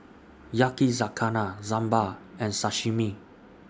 Yakizakana Sambar and Sashimi